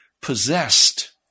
possessed